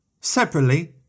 Separately